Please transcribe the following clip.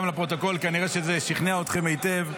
גם לפרוטוקול: כנראה שזה שכנע אתכם היטב,